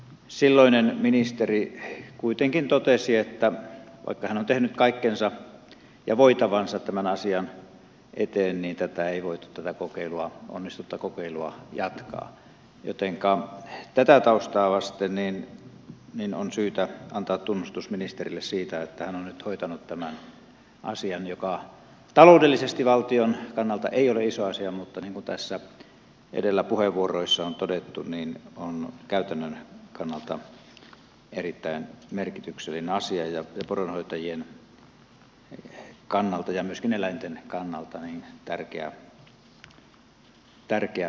silloinen ministeri kuitenkin totesi että vaikka hän on tehnyt kaikkensa ja voitavansa tämän asian eteen niin tätä onnistunutta kokeilua ei voitu jatkaa jotenka tätä taustaa vasten on syytä antaa tunnustus ministerille siitä että hän on nyt hoitanut tämän asian joka taloudellisesti valtion kannalta ei ole iso asia mutta niin kuin tässä edellä puheenvuoroissa on todettu on käytännön kannalta erittäin merkityksellinen asia ja poronhoitajien kannalta ja myöskin eläinten kannalta tärkeä päätös